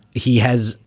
he has,